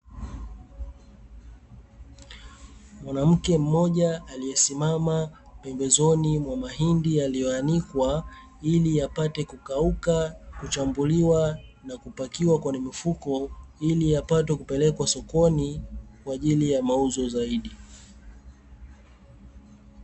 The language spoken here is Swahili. Mwanamke mmoja aliyesimama pembezoni mwa mahindi yaliyoanikwa ili yapate: kukauka, kuchambuliwa na kupakiwa kwenye mifuko; ili yapate kupelekwa sokoni kwa ajili ya mauzo zaidi.